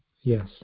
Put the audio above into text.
Yes